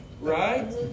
right